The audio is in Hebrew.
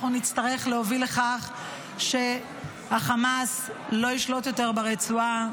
אנחנו נצטרך להוביל לכך שהחמאס לא ישלוט יותר ברצועה,